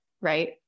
right